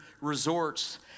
resorts